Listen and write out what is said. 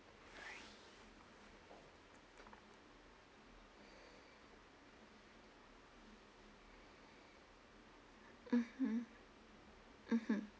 mmhmm mmhmm